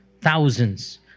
thousands